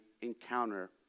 encounter